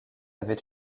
avait